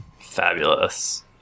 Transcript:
Fabulous